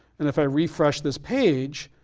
and if i refresh this page,